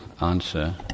answer